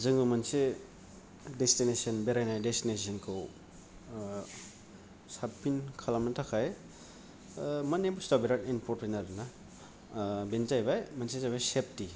जोङो मोनसे देसथिनेसोन बेरायनाय देसथिनेसोनखौ साबफिन खालामनो थाखाय मोननै बुस्थुवा बिराथ इमफरथेन्ट आरो ना बेनो जायैबाय सेबथि